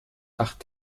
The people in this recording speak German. acht